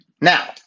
Now